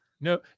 No